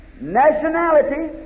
nationality